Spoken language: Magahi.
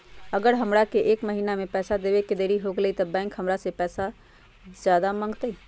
अगर हमरा से एक महीना के पैसा देवे में देरी होगलइ तब बैंक हमरा से ज्यादा पैसा मंगतइ?